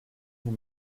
vous